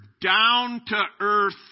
down-to-earth